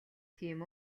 тийм